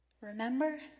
Remember